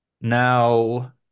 Now